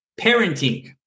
parenting